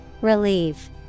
relieve